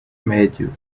médio